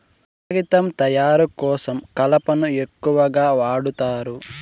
కాగితం తయారు కోసం కలపను ఎక్కువగా వాడుతారు